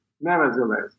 Nevertheless